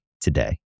today